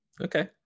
Okay